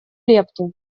лепту